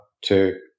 two